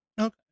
okay